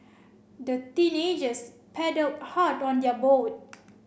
the teenagers paddled hard on their boat